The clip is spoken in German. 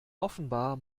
offenbar